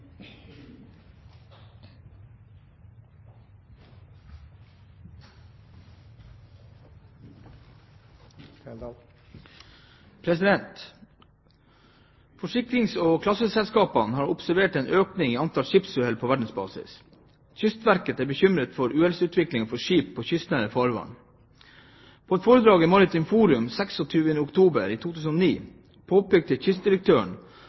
Forsikrings- og klasseselskapene har observert en økning i antall skipsuhell på verdensbasis. Kystverket er bekymret for uhellsutviklingen for skip i kystnære farvann. På et foredrag i Maritimt Forum 26. oktober 2009 påpekte kystdirektøren